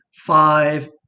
five